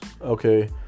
okay